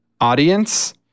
audience